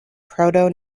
proto